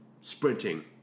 sprinting